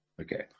Okay